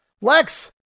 Lex